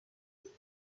tape